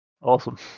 Awesome